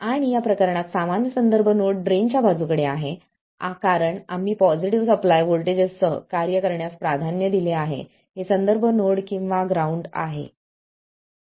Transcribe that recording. आणि या प्रकरणात सामान्य संदर्भ नोड ड्रेनच्या बाजूकडे आहे कारण आम्ही पॉझिटिव्ह सप्लाय व्होल्टेजसह कार्य करण्यास प्राधान्य दिले आहे हे संदर्भ नोड किंवा ग्राउंड आहे